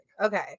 Okay